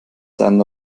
seinen